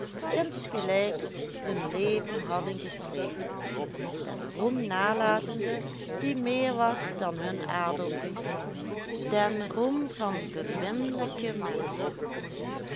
insgelijks hun leven hadden gesleten den roem nalatende die meer was dan hun adelbrief den roem van beminlijke menschen